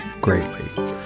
greatly